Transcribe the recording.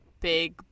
big